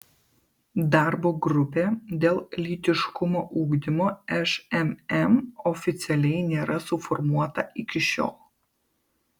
darbo grupė dėl lytiškumo ugdymo šmm oficialiai nėra suformuota iki šiol